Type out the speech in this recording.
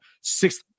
six